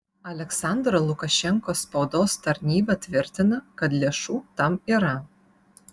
aliaksandro lukašenkos spaudos tarnyba tvirtina kad lėšų tam yra